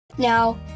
Now